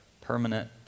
permanent